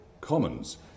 Commons